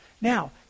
Now